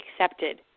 accepted